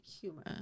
humor